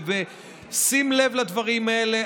ובשים לב לדברים האלה,